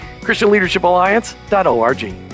christianleadershipalliance.org